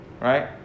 right